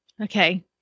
Okay